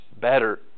better